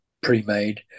pre-made